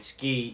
Ski